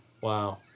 Wow